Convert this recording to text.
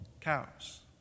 cows